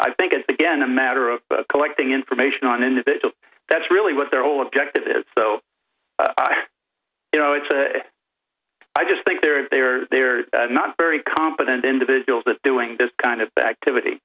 i think it's again a matter of collecting information on individuals that's really what their whole objective is so you know it's i just think they're if they are they're not very competent individuals that doing this kind of the activity